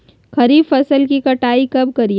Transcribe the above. खरीफ फसल की कटाई कब करिये?